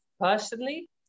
Personally